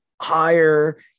higher